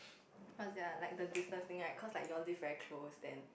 what's their like the distance thing right cause like you live very close then